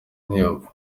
ntiyapfa